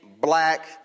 black